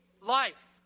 Life